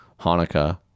Hanukkah